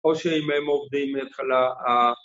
‫או שאם הם עובדים מההתחלה.